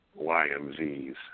YMZs